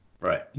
Right